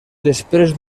després